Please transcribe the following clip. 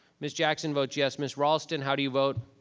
ms. jackson votes yes. ms. raulston, how do you vote?